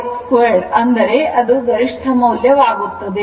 half L I 2 ಅಂದರೆ ಅದು ಗರಿಷ್ಠಮೌಲ್ಯ ವಾಗಿರುತ್ತದೆ